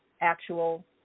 actual